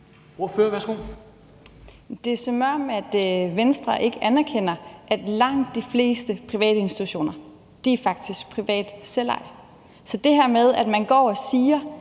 Det er, som om Venstre ikke anerkender, at langt de fleste private institutioner faktisk er privat selvejet. Så det her med, at man går og siger,